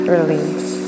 Release